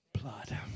blood